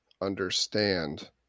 understand